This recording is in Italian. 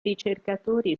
ricercatori